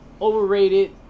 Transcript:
overrated